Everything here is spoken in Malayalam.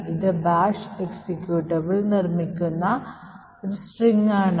ഇത് ബാഷ് എക്സിക്യൂട്ടബിൾ നിർമ്മിക്കുന്ന ഒരു സ്ട്രിംഗ് ആണ്